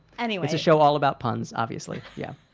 anyway, it's a show all about puns, obviously. yeah.